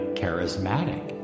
charismatic